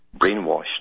brainwashed